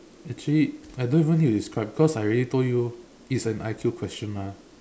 actually I don't even need to describe because I already told you it's an I_Q question mah